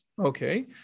okay